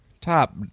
top